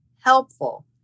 helpful